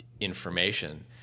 information